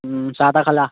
চাহ তাহ খালা